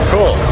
Cool